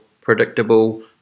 predictable